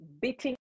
Beating